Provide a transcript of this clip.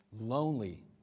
lonely